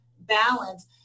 balance